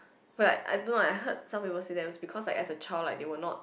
but I don't know eh I heard some people say that was because like as a child like they were not